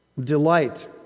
delight